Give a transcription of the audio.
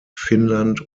finnland